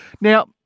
now